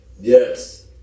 Yes